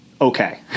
okay